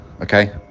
okay